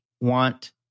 want